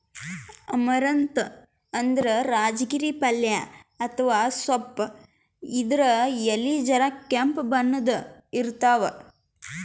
amaranth ಅಂದ್ರ ರಾಜಗಿರಿ ಪಲ್ಯ ಅಥವಾ ಸೊಪ್ಪ್ ಇದ್ರ್ ಎಲಿ ಜರ ಕೆಂಪ್ ಬಣ್ಣದ್ ಇರ್ತವ್